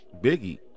Biggie